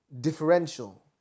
differential